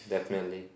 definitely